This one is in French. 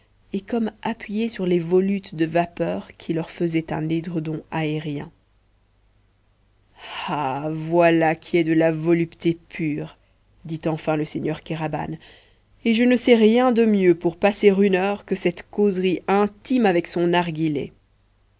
et comme appuyés sur les volutes de vapeurs qui leur faisaient un édredon aérien ah voilà qui est de la volupté pure dit enfin le seigneur kéraban et je ne sais rien de mieux pour passer une heure que cette causerie intime avec son narghilé